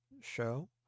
show